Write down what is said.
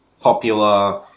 popular